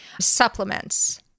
Supplements